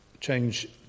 change